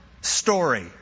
story